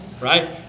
right